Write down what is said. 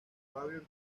fabio